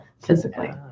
physically